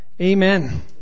amen